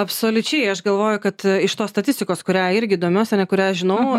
absoliučiai aš galvoju kad iš tos statistikos kuria irgi domiuosi ar ne kurią aš žinau